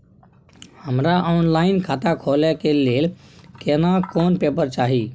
हमरा ऑनलाइन खाता खोले के लेल केना कोन पेपर चाही?